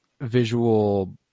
visual